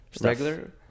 regular